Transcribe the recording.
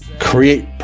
create